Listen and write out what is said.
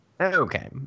Okay